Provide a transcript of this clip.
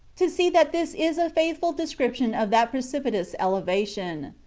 to see that this is a faithful description of that precipitous elevation.